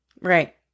right